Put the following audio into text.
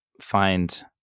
find